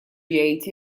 jgħid